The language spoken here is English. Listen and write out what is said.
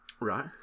Right